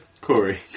Corey